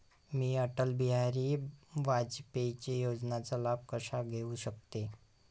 मी अटल बिहारी वाजपेयी योजनेचा लाभ कसा घेऊ शकते?